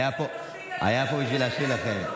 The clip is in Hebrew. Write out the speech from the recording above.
הוא היה פה בשביל להשיב לכם.